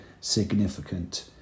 significant